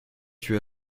tué